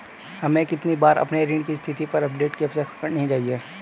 हमें कितनी बार अपने ऋण की स्थिति पर अपडेट की अपेक्षा करनी चाहिए?